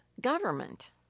government